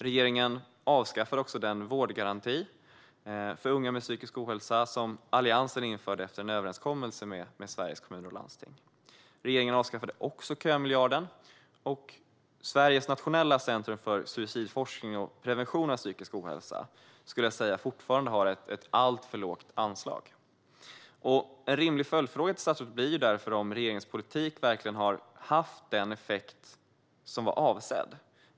Regeringen avskaffade också den vårdgaranti för unga med psykisk ohälsa som Alliansen införde efter en överenskommelse med Sveriges Kommuner och Landsting. Regeringen avskaffade också kömiljarden. Nationellt centrum för suicidforskning och prevention har fortfarande ett alltför lågt anslag. En rimlig följdfråga till statsrådet blir därför om regeringens politik verkligen har haft den effekt som var avsedd.